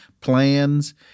plans